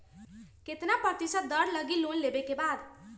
कितना प्रतिशत दर लगी लोन लेबे के बाद?